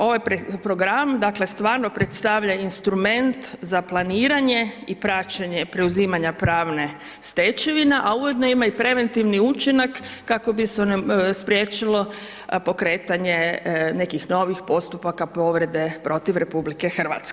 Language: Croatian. Ovaj program dakle stvarno predstavlja instrument za planiranje i praćenje preuzimanje pravne stečevine a ujedno ima i preventivni učinak kako bi se spriječilo pokretanje nekih novih postupaka povrede protiv RH.